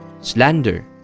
slander